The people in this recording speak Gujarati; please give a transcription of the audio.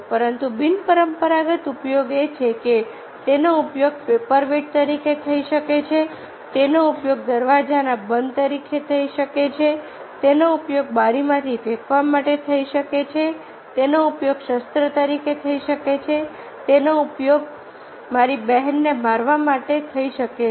પરંતુ બિનપરંપરાગત ઉપયોગ એ છે કે તેનો ઉપયોગ પેપરવેઇટ તરીકે થઈ શકે છે તેનો ઉપયોગ દરવાજાના બંધ તરીકે થઈ શકે છે તેનો ઉપયોગ બારીમાંથી ફેંકવા માટે થઈ શકે છે તેનો ઉપયોગ શસ્ત્ર તરીકે થઈ શકે છે તેનો ઉપયોગ મારી બહેનને મારવા માટે થઈ શકે છે